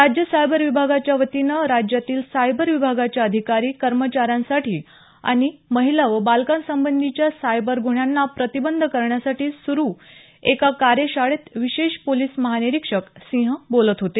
राज्य सायबर विभागाच्या वतीनं राज्यातील सायबर विभागाच्या अधिकारी कर्मचाऱ्यांसाठी आणि महिला व बालकांसंबंधीच्या सायबर गुन्ह्यांना प्रतिबंध करण्यासाठी सुरू एका कार्यशाळेत विशेष पोलिस महानिरीक्षक सिंह बोलत होते